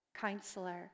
Counselor